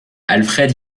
alfred